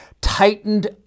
tightened